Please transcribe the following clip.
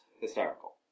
hysterical